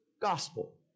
gospel